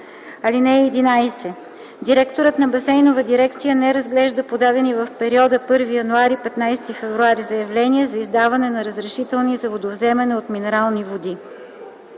ал. 6. (11) Директорът на басейнова дирекция не разглежда подадени в периода 1 януари – 15 февруари заявления за издаване на разрешителни за водовземане от минерални води.